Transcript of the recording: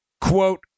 quote